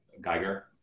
Geiger